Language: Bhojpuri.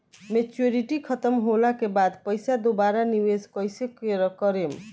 मेचूरिटि खतम होला के बाद पईसा दोबारा निवेश कइसे करेम?